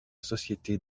société